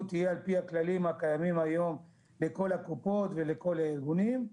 תהיה על פי הכללים הקיימים היום בכל הקופות ובכל הארגונים,